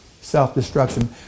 self-destruction